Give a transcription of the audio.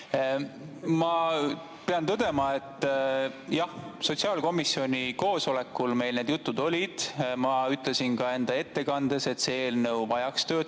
Ma pean tõdema, et jah, sotsiaalkomisjoni koosolekul meil need jutud olid. Ma ütlesin ka enda ettekandes, et see eelnõu vajaks veel